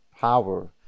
power